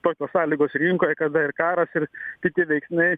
tokios sąlygos rinkoje kada ir karas ir kiti veiksmai